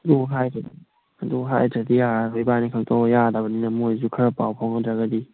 ꯑꯣ ꯍꯥꯏꯗꯣꯏꯅꯦ ꯑꯗꯨ ꯍꯥꯏꯗ꯭ꯔꯗꯤ ꯌꯥꯔꯔꯣꯏ ꯏꯕꯥꯅꯤ ꯈꯛꯇ ꯑꯣꯏ ꯌꯥꯗꯕꯅꯤꯅ ꯃꯣꯏꯁꯨ ꯈꯔ ꯄꯥꯎ ꯐꯥꯎꯅꯗ꯭ꯔꯒꯗꯤ